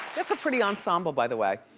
a pretty ensemble, by the way.